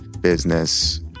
business